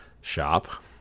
shop